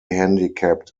handicapped